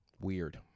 Weird